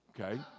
okay